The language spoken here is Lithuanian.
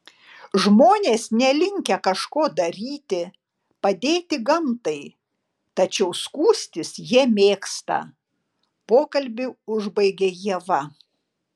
žmonės nelinkę kažko daryti padėti gamtai tačiau skųstis jie mėgsta pokalbį užbaigė ieva